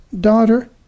Daughter